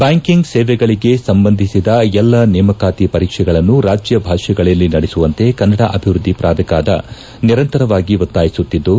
banking ಸೇವೆಗಳಿಗೆ ಸಂಬಂಧಿಸಿದ ಎಲ್ಲ ನೇಮಕಾತಿ ಪರೀಕ್ಷೆಗಳನ್ನು ರಾಜ್ಯ ಭಾಷೆಗಳಲ್ಲಿ ನಡೆಸುವಂತೆ ಕನ್ನಡ ಅಭಿವೃದ್ದಿ ಪ್ರಾಧಿಕಾರ ನಿರಂತರವಾಗಿ ಒತ್ತಾಯಿಸುತ್ತಿದ್ದು